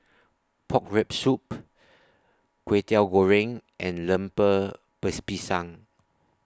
Pork Rib Soup Kway Teow Goreng and Lemper Base Pisang